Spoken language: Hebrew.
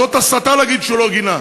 זאת הסתה להגיד שהוא לא גינה.